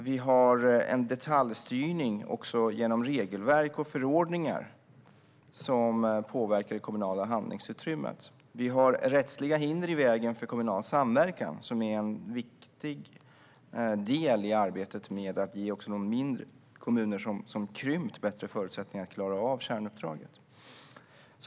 Vi har en detaljstyrning också genom regelverk och förordningar, som påverkar det kommunala handlingsutrymmet. Rättsliga hinder står i vägen för kommunal samverkan, som är en viktig del i arbetet med att ge även kommuner som har krympt bättre förutsättningar att klara av kärnuppdraget.